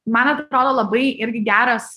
man atrodo labai irgi geras